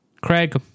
craig